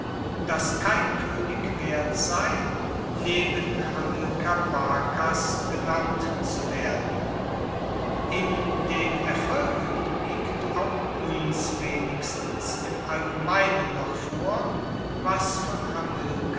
dass kein koenig wert sei neben hamilkar barkas genannt zu werden in den erfolgen liegt auch uns wenigstens im allgemeinen noch vor was von